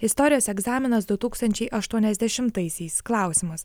istorijos egzaminas du tūkstančiai aštuoniasdešimtaisiais klausimas